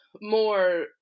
more